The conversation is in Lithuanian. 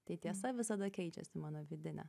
tai tiesa visada keičiasi mano vidinė